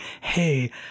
hey